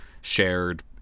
shared